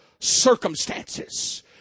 circumstances